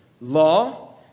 Law